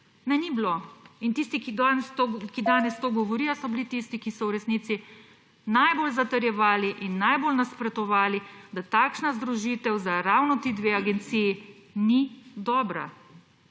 Ne, ni bilo. Tisti, ki danes to govorijo, so bili tisti, ki so v resici najbolj zatrjevali in najbolj nasprotovali, da takšna združitev za ravno ti dve agenciji ni dobra,